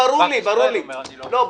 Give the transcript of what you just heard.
בנק ישראל אומר שהוא לא.